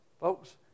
Folks